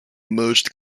merged